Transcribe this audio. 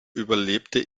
überlebte